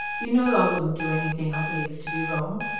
you know i wouldn't do anything i believed to be wrong?